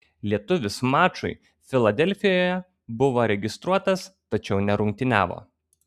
lietuvis mačui filadelfijoje buvo registruotas tačiau nerungtyniavo